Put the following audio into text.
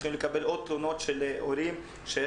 יש